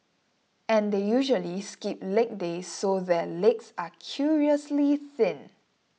and they usually skip leg days so their legs are curiously thin